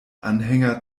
anhänger